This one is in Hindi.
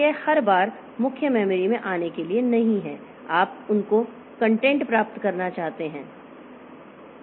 तो यह हर बार मुख्य मेमोरी में आने के लिए नहीं है आप उन को कंटेंट प्राप्त करना चाहते हैं